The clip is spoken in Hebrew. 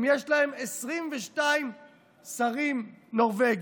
אם יש להם 22 שרים נורבגים,